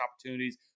opportunities